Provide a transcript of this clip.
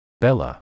Bella